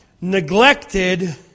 neglected